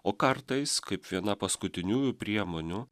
o kartais kaip viena paskutiniųjų priemonių